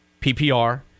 PPR